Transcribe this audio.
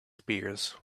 spears